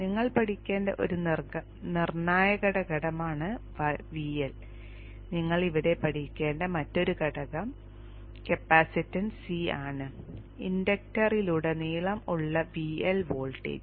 നിങ്ങൾ പഠിക്കേണ്ട ഒരു നിർണായക ഘടകമാണ് VL നിങ്ങൾ ഇവിടെ പഠിക്കേണ്ട മറ്റൊരു ഘടകം കപ്പാസിറ്റൻസ് C ആണ് ഇൻഡക്ടറിലുടനീളം ഉള്ള VL വോൾട്ടേജ്